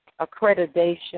accreditation